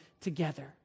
together